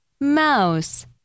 mouse